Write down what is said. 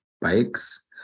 bikes